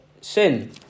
sin